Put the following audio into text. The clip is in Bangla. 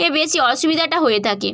এ বেশি অসুবিধাটা হয়ে থাকে